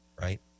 Right